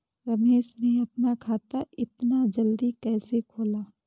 रमेश ने अपना खाता इतना जल्दी कैसे खोला?